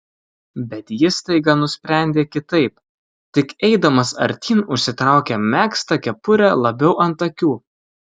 bet jis staiga nusprendė kitaip tik eidamas artyn užsitraukė megztą kepurę labiau ant akių